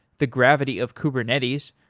the gravity of kubernetes.